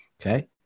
Okay